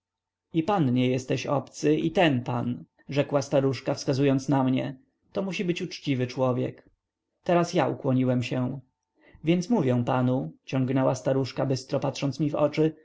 i pan nie jesteś obcy i ten pan rzekła staruszka wskazując na mnie to musi być uczciwy człowiek teraz ja ukłoniłem się więc mówię panu ciągnęła staruszka bystro patrząc mi w oczy